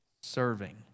Serving